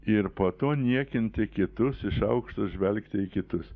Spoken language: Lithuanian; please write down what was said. ir po to niekinti kitus iš aukšto žvelgti į kitus